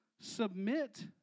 submit